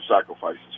sacrifices